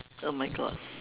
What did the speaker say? oh my god